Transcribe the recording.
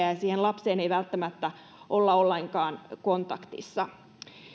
ja lapseen ei välttämättä olla ollenkaan kontaktissa